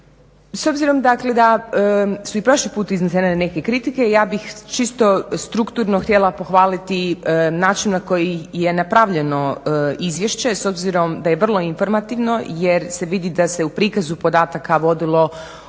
S obzirom dakle da su i prošli put iznesene neke kritike ja bih čisto strukturno htjela pohvaliti način na koji je napravljeno izvješće, s obzirom da je vrlo informativno jer se vidi da se u prikazu podataka vodilo o